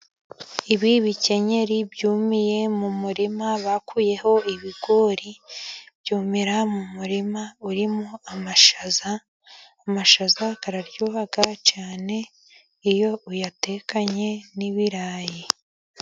Ibi bikenyeri byumiye mu murima, bakuyeho ibigori byumira mu murima urimo amashaza, amashaza araryoha cyane, iyo uyatekanye n'ibirayi.